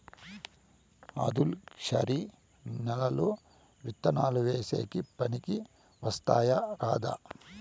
ఆధులుక్షరి నేలలు విత్తనాలు వేసేకి పనికి వస్తాయా రాదా?